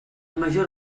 major